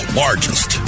largest